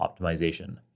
optimization